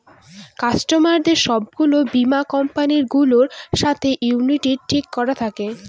কাস্টমারদের সব গুলো বীমা কোম্পানি গুলোর সাথে ইউনিটি ঠিক করা থাকে